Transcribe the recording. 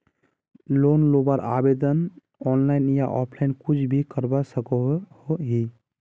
Loan लुबार आवेदन online या ऑफलाइन कुछ भी करवा सकोहो ही?